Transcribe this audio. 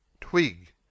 Twig